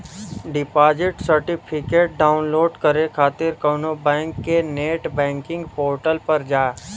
deposit certificate download करे खातिर कउनो बैंक के नेट बैंकिंग पोर्टल पर जा